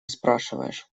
спрашиваешь